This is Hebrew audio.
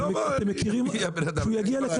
כשהוא יגיע,